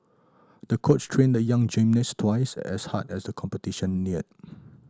the coach trained the young gymnast twice as hard as the competition neared